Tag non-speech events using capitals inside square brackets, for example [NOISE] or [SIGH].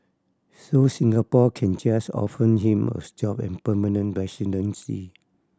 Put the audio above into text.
so Singapore can just offer Jim a [UNINTELLIGIBLE] job and permanent residency